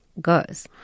goes